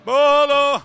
Bolo